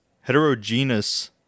heterogeneous